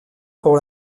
pour